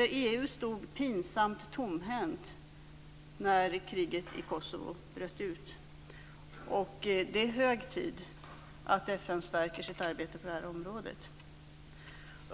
EU stod pinsamt tomhänt när kriget i Kosovo bröt ut. Det är hög tid att FN stärker sitt arbete på det här området.